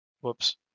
whoops